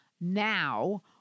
now